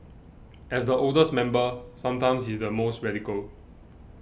as the oldest member sometimes he's the most radical